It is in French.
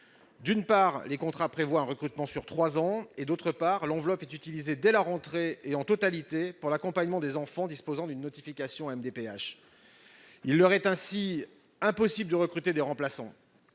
D'une part, les contrats prévoient un recrutement sur trois ans et, d'autre part, l'enveloppe est utilisée dès la rentrée et en totalité pour l'accompagnement des enfants disposant d'une notification de la maison départementale des personnes